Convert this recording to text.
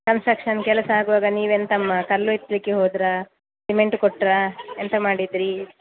construction ಕೆಲಸ ಆಗುವಾಗ ನೀವು ಎಂತಮ್ಮ ಕಲ್ಲು ಎತ್ತಲಿಕ್ಕೆ ಹೋದಿರಾ ಸಿಮೆಂಟು ಕೊಟ್ಟಿರಾ ಎಂತ ಮಾಡಿದಿರಿ